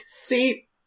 See